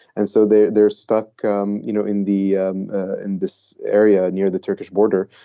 and so they're they're stuck um you know in the in this area near the turkish border.